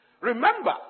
Remember